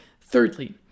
thirdly